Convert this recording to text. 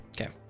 Okay